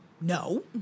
No